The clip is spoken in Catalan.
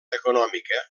econòmica